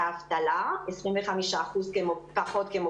דוקטור ניקול דהאן, מקואליציית המזונות.